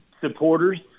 supporters